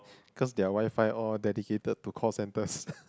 cause their WiFi all dedicated to call centres